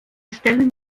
stellen